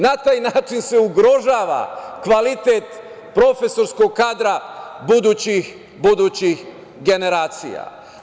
Na taj način se ugrožava kvalitet profesorskog kadra budućih budućih generacija.